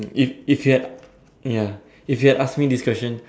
if if he had ya if he had ask me this question